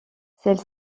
celle